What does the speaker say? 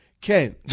Ken